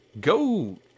Go